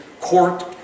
court